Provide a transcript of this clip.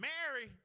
Mary